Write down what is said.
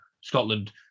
scotland